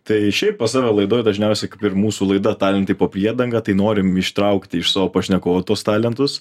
tai šiaip pas save laidoj dažniausiai kaip ir mūsų laida talentai po priedanga tai norim ištraukti iš savo pašnekovo tuos talentus